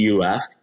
UF